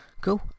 Cool